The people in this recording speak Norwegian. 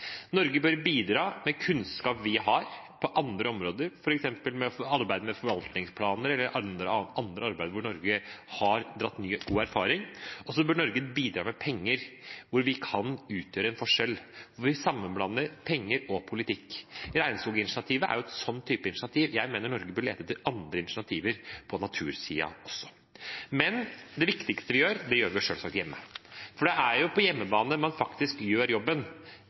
Norge bør bidra med kunnskap vi har på andre områder, f.eks. i arbeidet med forvaltningsplaner, eller annet arbeid hvor Norge har god erfaring, og så bør vi bidra med penger, hvor vi kan utgjøre en forskjell, ved å sammenblande penger og politikk. Regnskoginitiativet er et sånt type initiativ. Jeg mener Norge bør lete etter andre initiativer, også på natursiden. Men det viktigste vi gjør, gjør vi selvsagt hjemme, for det er på hjemmebane man faktisk gjør jobben.